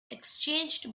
exchanged